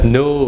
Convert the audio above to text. no